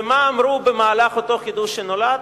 ומה אמרו במהלך אותו חידוש שנולד?